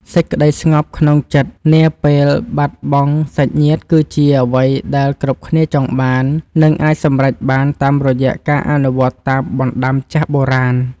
សេចក្តីស្ងប់ក្នុងចិត្តនាពេលបាត់បង់សាច់ញាតិគឺជាអ្វីដែលគ្រប់គ្នាចង់បាន និង អាចសម្រេចបានតាមរយៈការអនុវត្តតាមបណ្តាំចាស់បុរាណ។